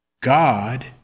God